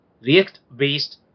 React-based